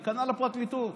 וכנ"ל הפרקליטות.